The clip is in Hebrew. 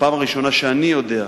בפעם הראשונה, שאני יודע,